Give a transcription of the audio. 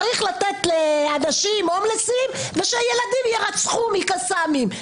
צריך לתת לאנשים הומלסים ושילדים יירצח מקסאמים.